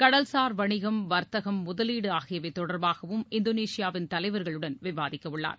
கடல்சார் வணிகம் வர்த்தகம் முதவீடு ஆகியவை தொடர்பாகவும் இந்தோனேஷியாவின் தலைவர்களுடன் விவாதிக்கவுள்ளார்